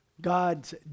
God's